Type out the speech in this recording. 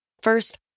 First